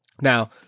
Now